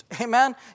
Amen